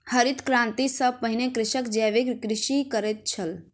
हरित क्रांति सॅ पहिने कृषक जैविक कृषि करैत छल